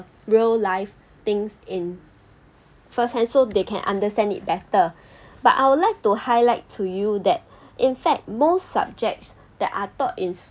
real life things in firsthand so they can understand it better but I would like to highlight to you that in fact most subjects that are taught in